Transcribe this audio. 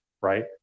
right